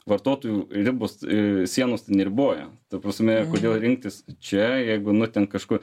vartotojų ribos i sienos tai neriboja ta prasme kodėl rinktis čia jeigu nu ten kažku